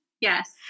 Yes